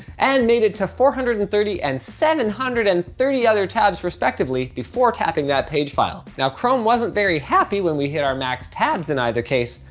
and made it to four hundred and thirty and seven hundred and thirty other tabs respectively before tapping that page file. now chrome wasn't very happy when we hit our max tabs in either case,